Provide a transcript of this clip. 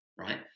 right